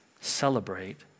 celebrate